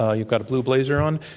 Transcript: ah you've got a blue blazer on.